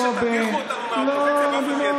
ואני מבקש שתדיחו אותנו מהאופוזיציה באופן מיידי.